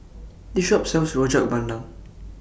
This Shop sells Rojak Bandung